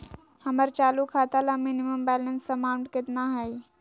हमर चालू खाता ला मिनिमम बैलेंस अमाउंट केतना हइ?